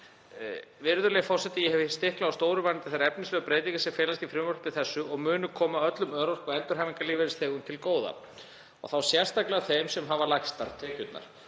Virðulegi forseti. Ég hef stiklað á stóru varðandi þær efnislegu breytingar sem felast í frumvarpi þessu og munu koma öllum örorku- og endurhæfingarlífeyrisþegum til góða og þá sérstaklega þeim sem hafa lægstu tekjurnar.